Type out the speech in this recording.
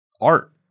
art